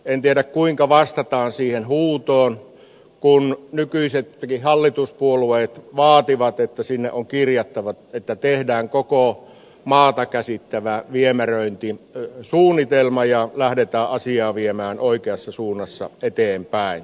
en tiedä kuinka vastataan siihen huutoon kun nykyisetkin hallituspuolueet vaativat että sinne on kirjattava että tehdään koko maata käsittävä viemäröintisuunnitelma ja lähdetään asiaa viemään oikeassa suunnassa eteenpäin